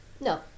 No